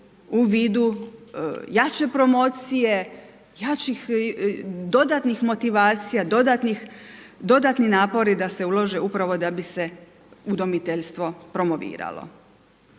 u vidu jače promocije, jačih dodatnih motivacija, dodatnih napori da se ulože upravo da bi se udomiteljstvo promoviralo.